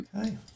Okay